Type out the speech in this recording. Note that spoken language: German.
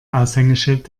aushängeschild